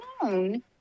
alone